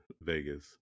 Vegas